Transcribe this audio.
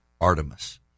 Artemis